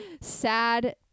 sad